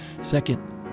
Second